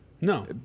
No